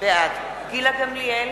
בעד גילה גמליאל,